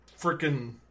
freaking